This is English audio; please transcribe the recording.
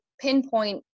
pinpoint